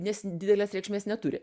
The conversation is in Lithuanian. nes didelės reikšmės neturi